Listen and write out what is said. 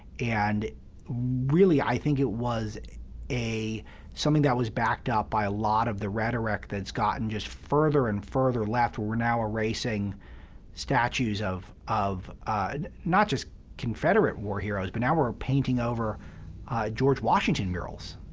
and really i think it was a something that was backed up by a lot of the rhetoric that's gotten just further and further left, where we're now erasing statues of of just confederate war heroes, but now we're painting over george washington murals,